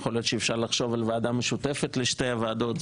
יכול להיות שאפשר לחשוב על ועדה משותפת לשתי הוועדות,